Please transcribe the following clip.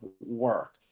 work